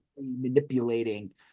manipulating